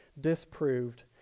disproved